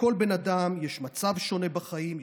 לכל בן אדם יש מצב שונה בחיים,